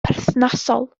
perthnasol